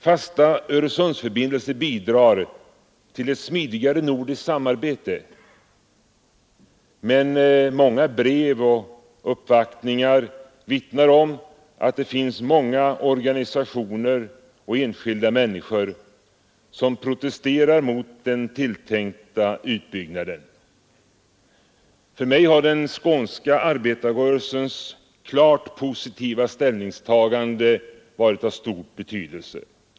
Fasta Öresundsförbindelser bidrar till ett smidigare nordiskt samarbete, men många brev och uppvaktningar vittnar om att det finns många organisationer och enskilda människor som protesterar mot den tilltänkta utbyggnaden. För mig har den skånska arbetarrörelsens klart positiva ställningstagande varit av stor betydelse.